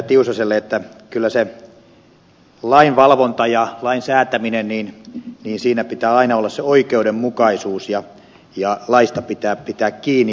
tiusaselle että kyllä siinä lain valvonnassa ja lain säätämisessä pitää aina olla se oikeudenmukaisuus ja laista pitää pitää kiinni